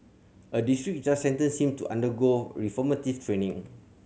a district judge sentenced him to undergo reformative training